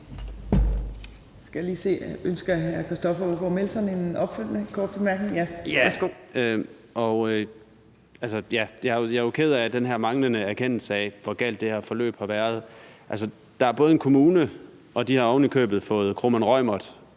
Jeg er jo ked af den her manglende erkendelse af, hvor galt det her forløb har været. Kommunen har ovenikøbet fået advokatfirmaet